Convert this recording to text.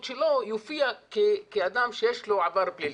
שלו הוא יופיע כאדם שיש לו עבר פלילי,